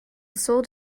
sold